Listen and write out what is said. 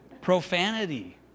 Profanity